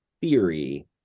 theory